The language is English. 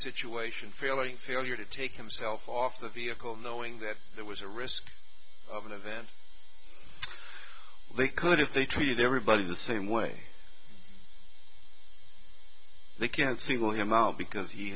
situation failing failure to take himself off the vehicle knowing that there was a risk of an event they could if they treat everybody the same way they can't single him out because he